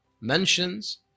mentions